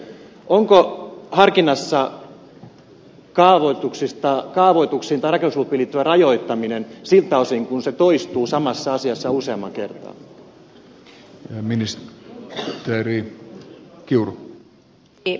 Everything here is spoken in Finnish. onko harkinnassa kaavoituksiin tai rakennuslupiin liittyvä rajoittaminen siltä osin kuin se toistuu samassa asiassa useampaan kertaan